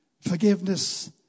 Forgiveness